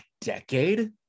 decade